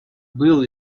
был